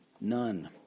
none